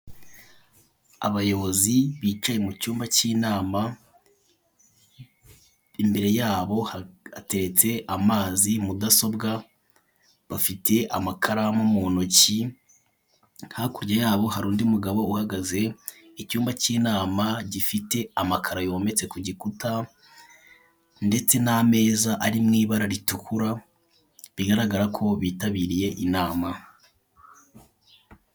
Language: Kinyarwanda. Abayobozi bicaye mu cyumba cy'inama, imbere yabo batetse amazi mudasobwa, bafite amakaramu mu ntoki, hakurya yabo hari undi mugabo uhagaze, icyumba cy'inama gifite amakara yometse ku gikuta, ndetse n'ameza ari mu ibara ritukura bigaragara ko bitabiriye inama.